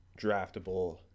draftable